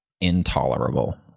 intolerable